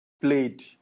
played